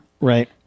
Right